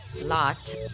Lot